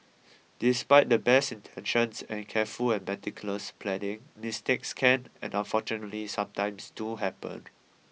despite the best intentions any careful and meticulous planning mistakes can and unfortunately sometimes do happen